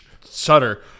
Sutter